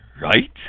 right